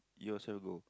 you yourself go